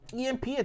EMP